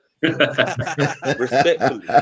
Respectfully